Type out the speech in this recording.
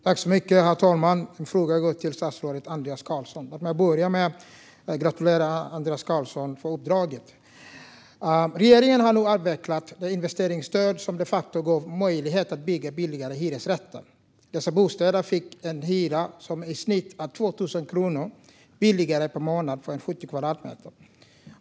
Herr talman! Min fråga går till statsrådet Andreas Carlson. Låt mig också börja med att gratulera honom till uppdraget. Regeringen har nu avvecklat det investeringsstöd som de facto gav möjlighet att bygga billigare hyresrätter. Dessa bostäder fick en hyra som i snitt var 2 000 kronor billigare per månad för en 70 kvadratmeters lägenhet.